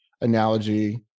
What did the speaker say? analogy